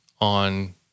on